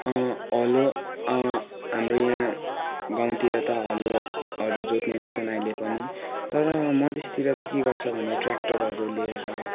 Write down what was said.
हलो हाम्रो यहाँ गाउँतिर त हलोहरू जोत्ने गर्छन् अहिले पनि तर मधेसतिर चाहिँ के गर्छ भने ट्र्याक्टरहरू लिएर